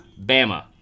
Bama